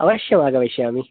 अवश्यम् आगमिष्यामि